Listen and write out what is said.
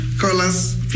Carlos